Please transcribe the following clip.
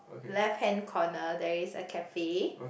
left hand corner there is a cafe